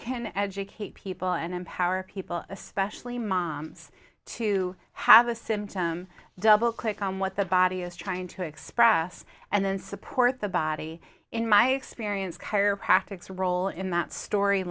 can educate people and empower people especially moms to have a symptom double click on what the body is trying to express and then support the body in my experience chiropractics role in that story